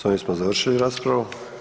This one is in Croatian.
S ovim smo završili raspravu.